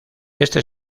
este